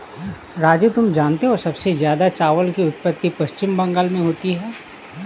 राजू तुम जानते हो सबसे ज्यादा चावल की उत्पत्ति पश्चिम बंगाल में होती है